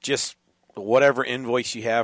just whatever invoice you have